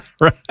Right